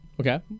okay